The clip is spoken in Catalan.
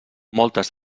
moltes